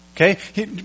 Okay